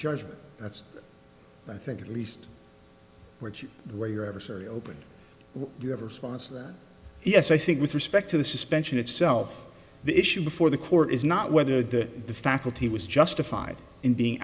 judgment that's i think at least we're to where your adversary open you ever sponsor that yes i think with respect to the suspension itself the issue before the court is not whether that the faculty was justified in being